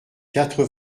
quatre